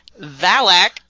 Valak